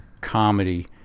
comedy